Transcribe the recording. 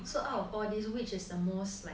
so out of all this